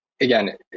again